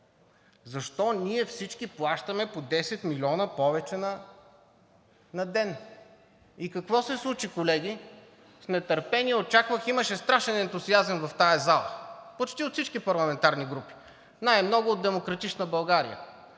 Защо ние всички плащаме по 10 милиона повече на ден? И какво се случи, колеги? Имаше страшен ентусиазъм в тази зала почти от всички парламентарни групи, най-много от „Демократична България“.